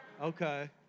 okay